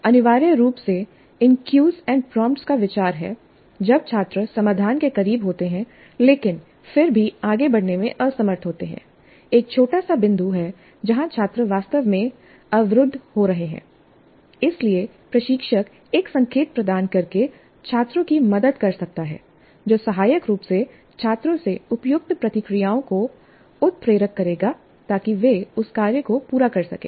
अनिवार्य रूप से इन क्यूज एंड प्रॉमट का विचार है जब छात्र समाधान के करीब होते हैं लेकिन फिर भी आगे बढ़ने में असमर्थ होते हैं एक छोटा सा बिंदु है जहां छात्र वास्तव में अवरुद्ध हो रहे हैं इसलिए प्रशिक्षक एक संकेत प्रदान करके छात्रों की मदद कर सकता है जो सहायक रूप से छात्रों से उपयुक्त प्रतिक्रियाओं को उत्प्रेरक करेगा ताकि वे उस कार्य को पूरा कर सकें